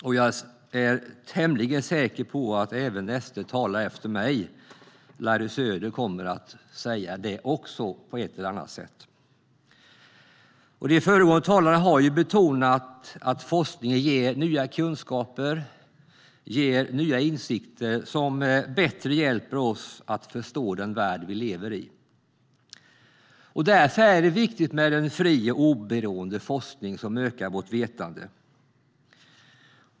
Och jag är tämligen säker på att näste talare efter mig, Larry Söder, också kommer att säga det på ett eller annat sätt. De föregående talarna har betonat att forskning ger nya kunskaper och nya insikter som hjälper oss att bättre förstå den värld vi lever i. Därför är det viktigt med en fri och oberoende forskning som ökar vårt vetande.